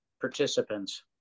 participants